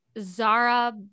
Zara